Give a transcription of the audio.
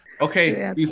Okay